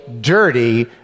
dirty